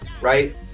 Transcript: right